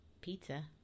Pizza